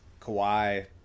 Kawhi